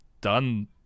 done